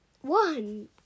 one